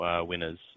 winners